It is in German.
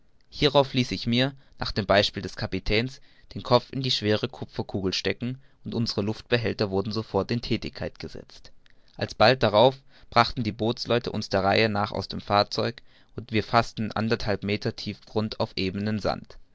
hierauf ließ ich mir nach dem beispiel des kapitäns den kopf in die schwere kupferkugel stecken und unsere luftbehälter wurden sofort in thätigkeit gesetzt alsbald darauf brachten die bootsleute uns der reihe nach aus dem fahrzeug und wir faßten andert halb meter tief grund auf ebenem sand